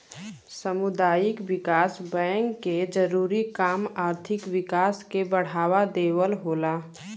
सामुदायिक विकास बैंक के जरूरी काम आर्थिक विकास के बढ़ावा देवल होला